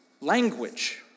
language